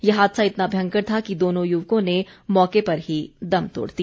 ये हादसा इतना भयंकर था कि दोनों युवकों ने मौके पर ही दम तोड़ दिया